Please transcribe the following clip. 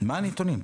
מה הנתונים?